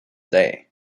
day